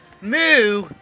Moo